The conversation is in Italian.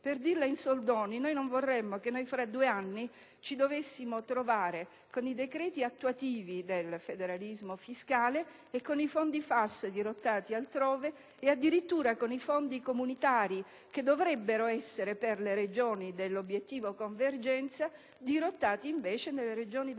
Per dirla in soldoni, non vorremmo che fra due anni ci dovessimo trovare con i decreti attuativi del federalismo fiscale, con i fondi FAS dirottati altrove e addirittura con i fondi comunitari che dovrebbero essere destinati alle Regioni dell'obiettivo convergenza dirottati nelle Regioni del